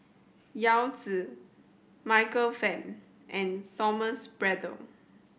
Yao Zi Michael Fam and Thomas Braddell